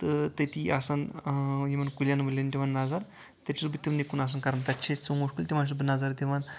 تہٕ تٔتی آسان یِمن کُلٮ۪ن وُلٮ۪ن دِوان نظر تیٚلہِ چُھس بہٕ تِمنے کُن آسان کَران تَتہِ چھِ أسہِ ژوٗنٛٹھۍ کُلۍ تِمن چُھس بہٕ نظر دِوان